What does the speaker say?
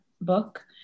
book